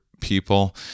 people